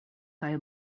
kaj